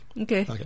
Okay